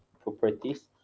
properties